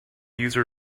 user